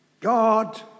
God